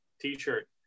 t-shirt